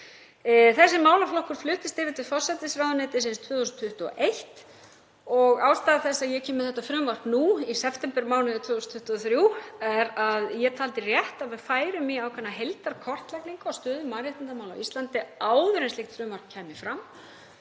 Þessi málaflokkur fluttist yfir til forsætisráðuneytisins 2021 og ástæða þess að ég kem með þetta frumvarp nú í septembermánuði 2023 er að ég taldi rétt að við færum í ákveðna heildarkortlagningu á stöðu mannréttindamála á Íslandi áður en slíkt frumvarp kæmi fram.